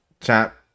chat